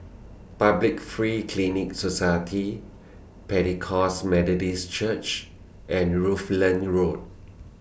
Public Free Clinic Society Pentecost Methodist Church and Rutland Road